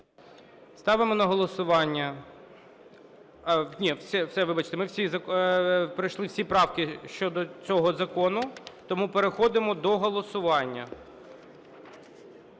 Ставимо на голосування... Ні, все, вибачте, ми всі, пройшли всі правки щодо цього закону, тому переходимо до голосування.